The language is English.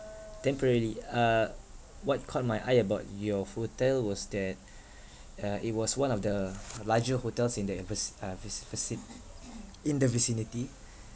temporarily uh what caught my eye about your hotel was that uh it was one of the larger hotels in the invis~ uh vis~ vici~ in the vicinity